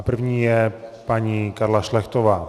První je paní Karla Šlechtová.